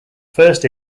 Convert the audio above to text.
first